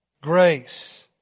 grace